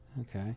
Okay